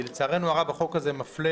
כי החוק הזה מפלה